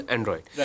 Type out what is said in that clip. Android